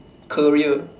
career